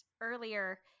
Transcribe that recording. earlier